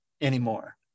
anymore